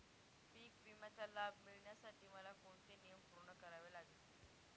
पीक विम्याचा लाभ मिळण्यासाठी मला कोणते नियम पूर्ण करावे लागतील?